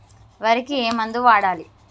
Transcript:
వరికి ఏ మందు వాడాలి?